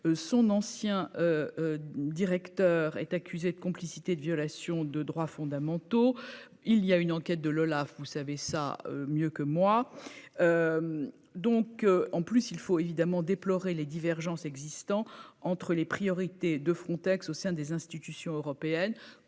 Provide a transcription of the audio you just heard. son ancien directeur, est accusé de complicité de violation de droits fondamentaux, il y a une enquête de l'Olaf, vous savez ça mieux que moi, donc en plus, il faut évidemment déploré les divergences existant entre les priorités de Frontex au sein des institutions européennes,